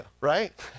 right